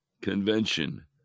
Convention